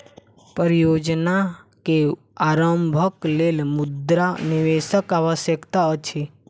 परियोजना के आरम्भक लेल मुद्रा निवेशक आवश्यकता अछि